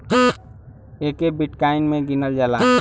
एके बिट्काइन मे गिनल जाला